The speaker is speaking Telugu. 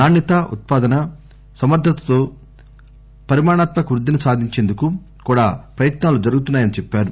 నాణ్యతా ఉత్పాదన సమర్థతలో పరిమాణాత్మక వృద్దిని సాధించేందుకు కూడా ప్రయత్నాలు జరుగుతున్నాయని చెప్పారు